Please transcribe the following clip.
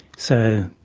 so,